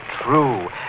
true